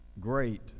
great